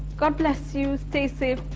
god bless you, stay safe,